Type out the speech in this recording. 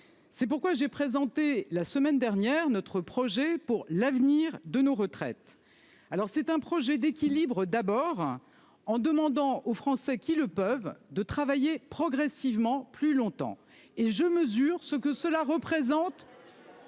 C'est pourquoi j'ai présenté la semaine dernière notre projet pour l'avenir de nos retraites. C'est un projet d'équilibre : nous demandons aux Français qui le peuvent de travailler progressivement plus longtemps. Et je mesure ce que cela représente